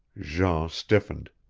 jean stiffened.